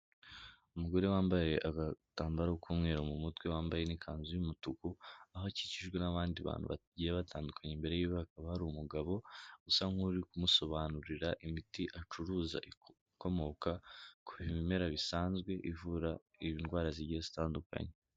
Umugore wambaye agatambaro k'umweru mu mutwe wambaye n'ikanzu y'umutuku, aho akikijwe n'abandi bantu bagiye batandukanye, imbere yiwe hakaba hari umugabo usa nk'uri kumusobanurira imiti acuruza ikomoka ku bimera bisanzwe, ivura indwara zigiye zitandukanye.